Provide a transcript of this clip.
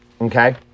okay